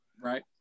Right